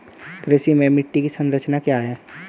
कृषि में मिट्टी की संरचना क्या है?